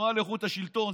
התנועה לאיכות השלטון,